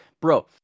Bro